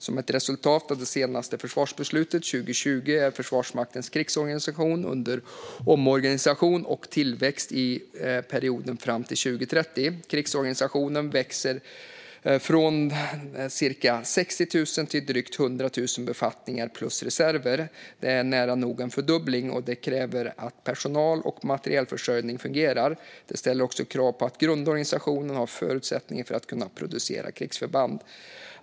Som ett resultat av det senaste försvarsbeslutet 2020 är Försvarsmaktens krigsorganisation under omorganisering och tillväxt i perioden fram till 2030. Krigsorganisationen växer från cirka 60 000 till drygt 100 000 befattningar plus reserver. Det är nära nog en fördubbling, och det kräver att personal och materielförsörjningen fungerar. Det ställer också krav på att grundorganisationen har förutsättningar för att kunna producera krigsförband.